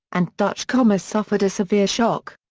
and dutch commerce suffered a severe shock.